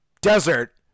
desert